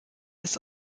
ist